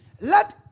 let